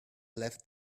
left